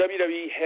WWE